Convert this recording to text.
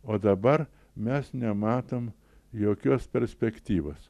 o dabar mes nematom jokios perspektyvos